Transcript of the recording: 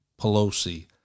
Pelosi